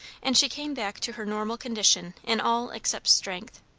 and she came back to her normal condition in all except strength.